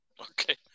Okay